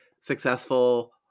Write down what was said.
successful